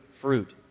fruit